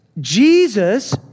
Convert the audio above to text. Jesus